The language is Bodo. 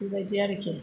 बेबादि आरोखि